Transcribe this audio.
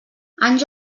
anys